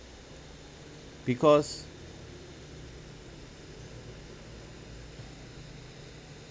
because